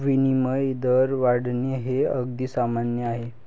विनिमय दर वाढणे हे अगदी सामान्य आहे